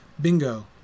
Bingo